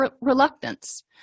reluctance